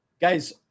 guys